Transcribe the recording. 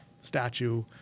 statue